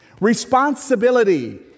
Responsibility